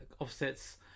Offset's